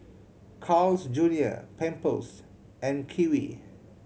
Carl's Junior Pampers and Kiwi